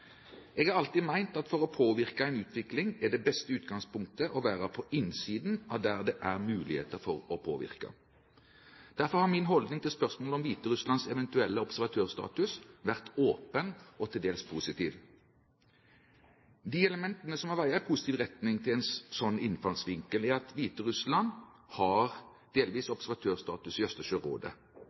Jeg har alltid ment at for å påvirke en utvikling er det beste utgangspunktet å være på innsiden av der det er muligheter for å påvirke. Derfor har min holdning til spørsmålet om Hviterusslands eventuelle observatørstatus vært åpen og til dels positiv. De elementene som veier i positiv retning for en sånn innfallsvinkel, er at Hviterussland har delvis observatørstatus i Østersjørådet.